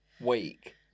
week